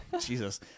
Jesus